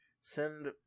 send